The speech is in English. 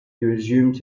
resumed